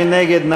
מי נגד?